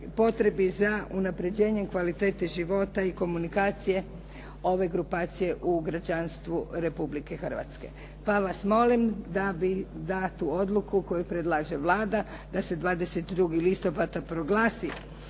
potrebi za unapređenjem kvalitete života i komunikacije ove grupacije u građanstvu Republike Hrvatske pa vas molim da tu odluku koju predlaže Vlada da se 22. listopada proglasi